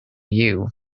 you